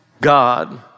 God